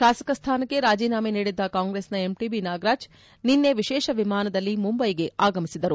ಶಾಸಕ ಸ್ವಾನಕ್ಕೆ ರಾಜೀನಾಮೆ ನೀಡಿದ್ದ ಕಾಂಗ್ರೆಸ್ನ ಎಂಟಬಿ ನಾಗರಾಜ್ ನಿನ್ನೆ ವಿಶೇಷ ವಿಮಾನದಲ್ಲಿ ಮುಂಬೈಗೆ ಆಗಮಿಸಿದರು